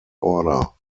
order